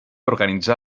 organitzà